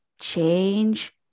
change